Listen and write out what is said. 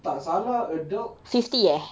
tak salah adults